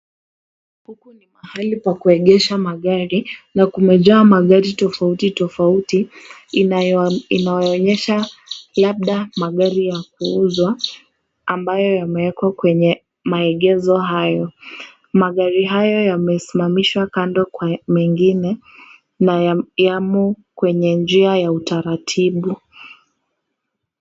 Huku ni mahali pa kuegesha magari na kumejaa magari tofauti tofauti inayoonyesha labda magari ya kuuzwa ambayo yameekwa kwenye maegesho hayo. Magari hayo yamesimamishwa kando kwa mengine na yamo kwenye njia ya utaratibu.